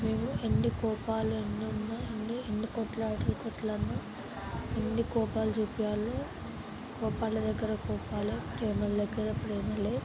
మేము ఎన్ని కోపాలు ఎన్నున్నా ఎన్ని కొట్లాటలు కొట్లాడిన ఎన్ని కోపాలు చూపియాలో కోపాలు దగ్గర కోపాలు ప్రేమలు దగ్గర ప్రేమలే